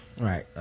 Right